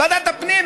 ועדת הפנים,